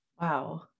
Wow